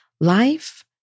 Life